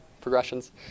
progressions